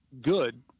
good